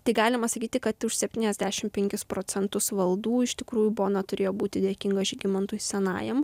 tai galima sakyti kad už septyniasdešimt penkis procentus valdų iš tikrųjų bona turėjo būti dėkinga žygimantui senajam